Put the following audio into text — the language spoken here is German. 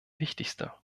wichtigste